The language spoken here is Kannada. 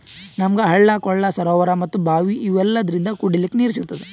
ನಮ್ಗ್ ನದಿ ಹಳ್ಳ ಕೊಳ್ಳ ಸರೋವರಾ ಮತ್ತ್ ಭಾವಿ ಇವೆಲ್ಲದ್ರಿಂದ್ ಕುಡಿಲಿಕ್ಕ್ ನೀರ್ ಸಿಗ್ತದ